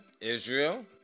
Israel